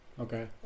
Okay